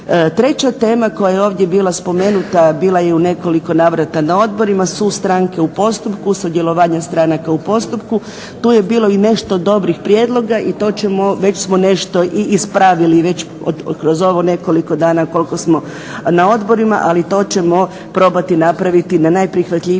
Treća tema koja je ovdje bila spomenuta bila je u nekoliko navrata na odborima su stranke u postupku, sudjelovanje stranaka u postupku. Tu je bilo i nešto dobrih prijedloga i to ćemo, već smo nešto i ispravili već kroz ovo nekoliko dana koliko smo na odborima ali to ćemo probati napraviti na najprihvatljiviji mogući